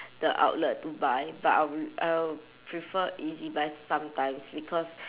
the outlet to buy but I'll pre~ I'll prefer E_Z buy sometimes because